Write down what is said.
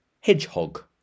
hedgehog